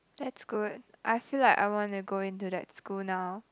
that's good I feel like I wanna go into that school now